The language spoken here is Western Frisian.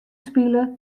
spile